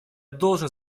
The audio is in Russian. должен